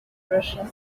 russian